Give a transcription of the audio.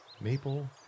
maple